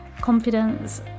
confidence